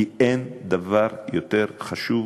כי אין דבר יותר חשוב